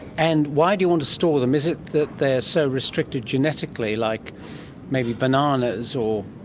and why do you want to store them? is it that they're so restricted genetically like maybe bananas or.